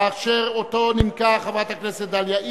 אשר אותו נימקה חברת הכנסת דליה איציק,